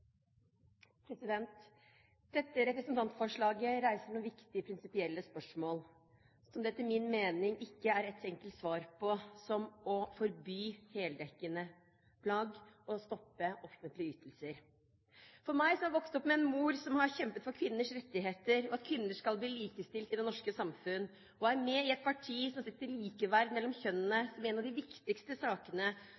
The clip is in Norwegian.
et enkelt svar på, som f.eks. å forby heldekkende plagg og stoppe offentlige ytelser. For meg som er vokst opp med en mor som har kjempet for kvinners rettigheter og at kvinner skal bli likestilte i det norske samfunn, og er med i et parti som setter likeverd mellom kjønnene